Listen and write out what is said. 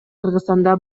кыргызстанда